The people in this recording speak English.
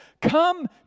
come